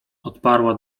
odparła